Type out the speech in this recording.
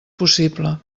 possible